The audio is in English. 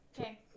Okay